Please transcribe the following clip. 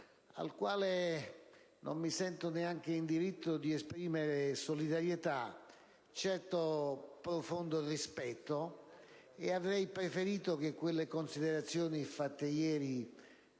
al quale non mi sento neanche in diritto di esprimere solidarietà; certo, ho profondo rispetto. A tal proposito, avrei preferito che quelle considerazioni avanzate ieri